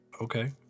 Okay